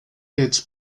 its